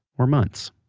or months.